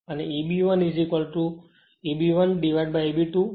તેથી અને Eb 1 Eb 2 છે